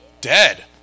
dead